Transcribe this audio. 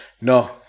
No